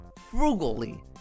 frugally